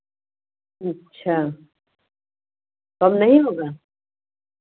अच्छा कम नहीं होगा